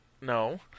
No